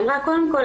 היא אמרה: קודם כל,